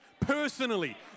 personally